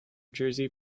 jersey